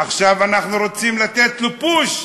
עכשיו אנחנו רוצים לתת לו "פוש",